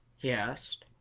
he asked.